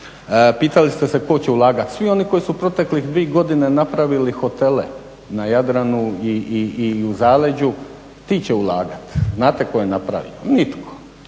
Pitali ste se tko će ulagati. Svi oni koji su u proteklih dvi godine napravili hotele na Jadranu i u zaleđu ti će ulagati. Znate tko je napravio? Nitko.